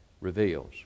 reveals